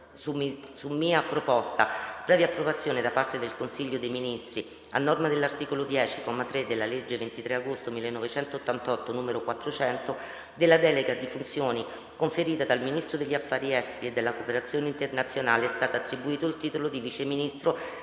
su mia proposta, previa approvazione da parte del Consiglio dei Ministri, a norma dell’articolo 10, comma 3, della legge 23 agosto 1988, n. 400, della delega di funzioni conferita dal Ministro degli affari esteri e della cooperazione internazionale, è stato attribuito il titolo di Vice Ministro